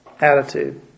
attitude